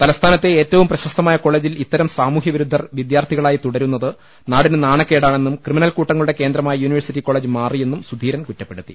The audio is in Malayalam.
തലസ്ഥാനത്തെ ഏറ്റവും പ്രശസ്തമായ കോളജിൽ ഇത്തരം സാമൂഹ്യ വിരുദ്ധർ വിദ്യാർത്ഥികളായി തുടരുന്നത് നാടിന് നാണക്കേടാണെന്നും ക്രിമിനൽ കൂട്ടങ്ങളുടെ കേന്ദ്രമായി യൂണിവേഴ്സിറ്റി കോളജ് മാറി യെന്നും സുധീരൻ കുറ്റപ്പെടുത്തി